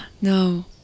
No